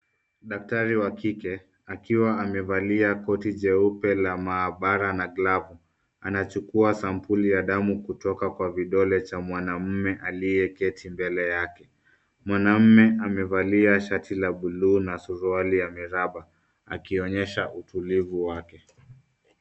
Daktari wa kike akiwa amevalia koti jeupe la maabara na glovu, anachukua sampuli ya damu kutoka kwa vidole cha mwanaume aliyeketi mbele yake. Mwanaume huyo amevalia shati la bluu na suruali ya miraba, akionyesha utulivu wake.